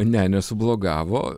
ne nesublogavo